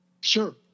Sure